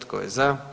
Tko je za?